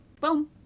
Boom